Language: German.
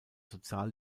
sozial